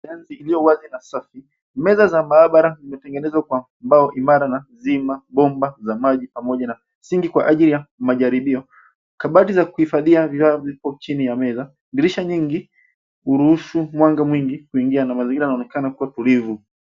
Glasi iliyo wazi na safi. Meza za maabara imetengenezwa kwa mbao imara na zima bomba za maji pamoja na sinki kwa ajili ya majaribio. Kabati za kuhifadhia bidhaa zipo chini ya meza. Dirisha nyingi huruhusu mwanga mwingi kuingia na mazingira yanaonekana kuwa tulivu.